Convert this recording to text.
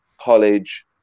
college